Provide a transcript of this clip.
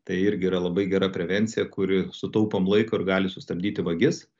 tai irgi yra labai gera prevencija kuri sutaupom laiko ir gali sustabdyti vagis